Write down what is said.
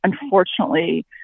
unfortunately